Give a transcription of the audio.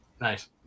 nice